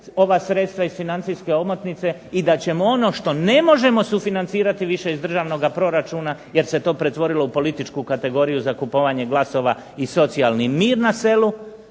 ova sredstva iz financijske omotnice i da ćemo ono što ne možemo sufinancirati više iz državnoga proračuna jer se to pretvorilo u političku kategoriju za kupovanje glasova i socijalni mir na selu